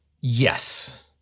Yes